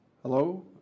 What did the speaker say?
Hello